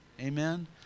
Amen